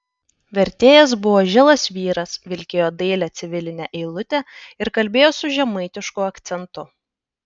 vertėjas buvo žilas vyras vilkėjo dailią civilinę eilutę ir kalbėjo su žemaitišku akcentu